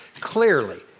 clearly